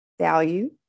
value